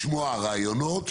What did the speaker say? לשמוע רעיונות,